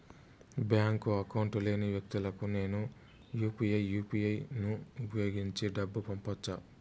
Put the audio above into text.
Bank account లేని వ్యక్తులకు నేను యు పి ఐ యు.పి.ఐ ను ఉపయోగించి డబ్బు పంపొచ్చా?